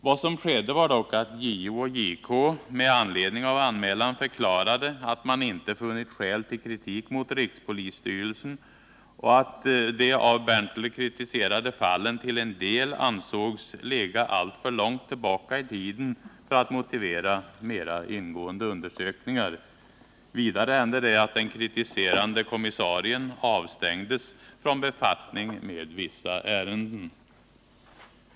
Vad som skedde var dock att JO och JK med anledning av anmälan förklarade att man inte funnit skäl till kritik mot rikspolisstyrelsen och att de av Melker Berntler kritiserade fallen till en del ansågs ligga alltför långt tillbaka i tiden för att motivera mer ingående undersökningar. Vidare hände att den kritiserande kommissarien avstängdes från befattning med vissa ärenden.